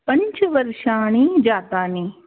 पञ्चवर्षाणि जातानि